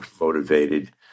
motivated